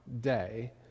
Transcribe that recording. day